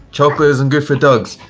chocolate isn't good for dogs,